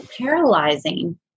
paralyzing